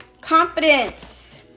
Confidence